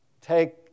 take